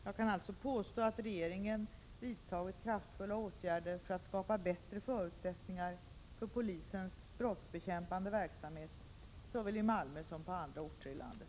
Jag kan alltså påstå att regeringen vidtagit kraftfulla åtgärder för att skapa bättre förutsättningar för polisens brottsbekämpande verksamhet, såväl i Malmö som på andra orter i landet.